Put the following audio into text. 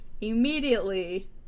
immediately